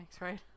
right